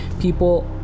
people